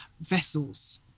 vessels